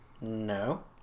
No